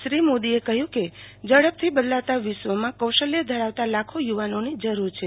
શ્રી મોદીએ કહ્યું કે ઝડપથી બદલાતા વિશ્વમાં કૌશલ્ય ધરાવતાલાખો યુવાનોની જરુર છે